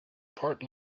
part